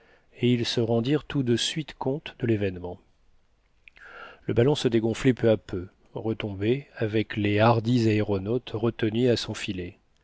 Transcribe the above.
et ils se rendirent tout de suite compte de l'événement le ballon se dégonflant peu à peu retombait avec les hardis aéronautes retenus à son filet